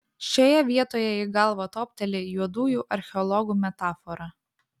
šioje vietoje į galvą topteli juodųjų archeologų metafora